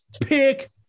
pick